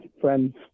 friends